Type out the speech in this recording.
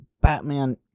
Batman